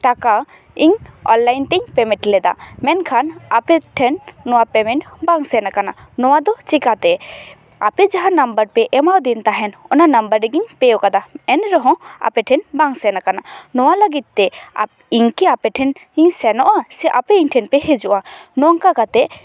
ᱴᱟᱠᱟ ᱤᱧ ᱚᱱᱞᱟᱭᱤᱱ ᱛᱤᱧ ᱯᱮᱢᱮᱴ ᱞᱮᱫᱟ ᱢᱮᱱᱠᱷᱟᱱ ᱟᱯᱮᱴᱷᱮᱱ ᱱᱚᱣᱟ ᱯᱮᱢᱮᱱᱴ ᱵᱟᱝ ᱥᱮᱱ ᱟᱠᱟᱱᱟ ᱱᱚᱣᱟ ᱫᱚ ᱪᱤᱠᱟᱹᱛᱮ ᱟᱯᱮ ᱡᱟᱦᱟᱸ ᱱᱟᱢᱵᱟᱨ ᱯᱮ ᱮᱢᱟᱣᱟᱫᱤᱧ ᱛᱟᱦᱮᱱ ᱚᱱᱟ ᱱᱟᱢᱵᱟᱨ ᱨᱮᱜᱮᱧ ᱯᱮ ᱟᱠᱟᱫᱟ ᱮᱱᱨᱮᱦᱚᱸ ᱟᱯᱮᱴᱷᱮᱱ ᱵᱟᱝ ᱥᱮᱱ ᱟᱠᱟᱱᱟ ᱱᱚᱣᱟ ᱞᱟᱹᱜᱤᱫ ᱛᱮ ᱟᱯᱮ ᱤᱧ ᱠᱤ ᱟᱯᱮᱴᱷᱮᱱ ᱤᱧ ᱥᱮᱱᱚᱜᱼᱟ ᱥᱮ ᱟᱯᱮ ᱤᱧ ᱴᱷᱮᱱᱯᱮ ᱦᱤᱡᱩᱜᱼᱟ ᱱᱚᱝᱠᱟ ᱠᱟᱛᱮᱫ